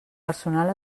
personal